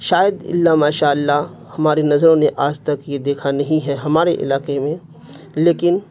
شاید الا ماشاء اللہ ہماری نظروں نے آج تک یہ دیکھا نہیں ہے ہمارے علاقے میں لیکن